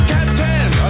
Captain